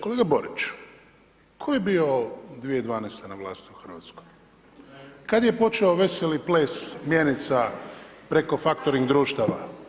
Kolega Borić, tko je bio 2012. na vlasti u Hrvatskoj? kada je počeo veseli ples mjenica preko faktoring društava?